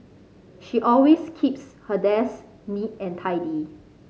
she always keeps her desk neat and tidy